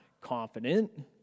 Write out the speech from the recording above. confident